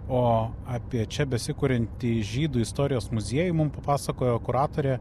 o apie čia besikuriantį žydų istorijos muziejų mum papasakojo kuratorė